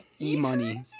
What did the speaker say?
e-money